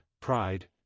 pride